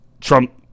Trump